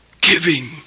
giving